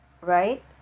right